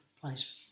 place